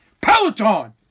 Peloton